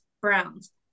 Browns